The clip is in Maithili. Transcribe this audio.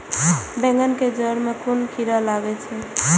बेंगन के जेड़ में कुन कीरा लागे छै?